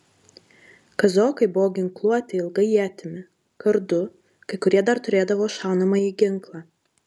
kazokai buvo ginkluoti ilga ietimi kardu kai kurie dar turėdavo šaunamąjį ginklą